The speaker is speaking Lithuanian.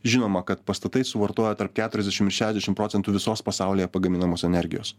žinoma kad pastatai suvartoja tarp keturiasdešim ir šešiasdešim procentų visos pasaulyje pagaminamos energijos